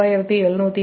5 3778